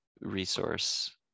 resource